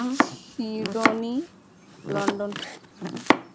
Sydney London